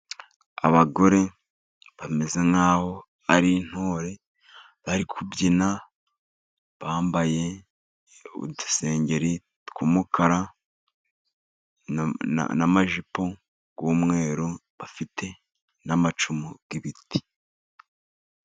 Abagore bameze nk'aho ari ntore, bari kubyina bambaye udusengeri tw'umukara, n'amajipo y'umweru, bafite n'amacumu y'ibiti.